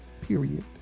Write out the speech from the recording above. period